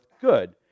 good